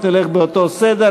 נלך באותו סדר.